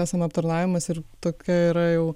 esam aptarnavimas ir tokia yra jau